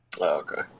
okay